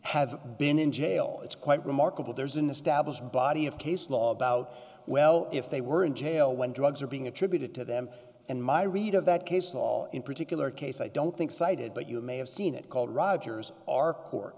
have been in jail it's quite remarkable there's an established body of case law about well if they were in jail when drugs are being attributed to them and my read of that case law in particular case i don't think cited but you may have seen it called rogers our court